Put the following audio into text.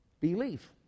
Belief